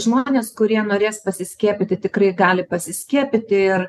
žmonės kurie norės pasiskiepyti tikrai gali pasiskiepyti ir